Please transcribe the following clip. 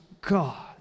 God